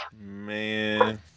Man